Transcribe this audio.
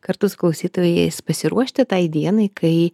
kartu su klausytojais pasiruošti tai dienai kai